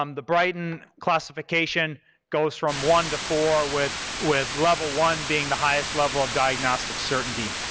um the britain classification goes from one to four with with level one being the highest level of diagnostic certainty.